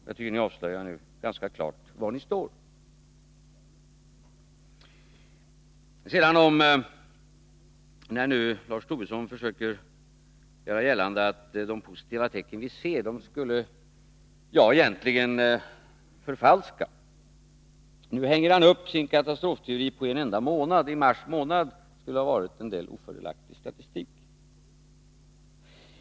Jag tycker att ni nu ganska klart avslöjar var ni står. Lars Tobisson försökte göra gällande att jag egentligen skulle ha förfalskat de positiva tecknen. Han hänger upp sin katastrofteori på en enda månad, mars, som uppvisade en del ofördelaktig statistik.